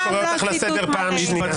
אני קורא אותך לסדר פעם שנייה.